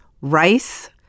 rice